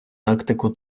тактику